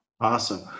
Awesome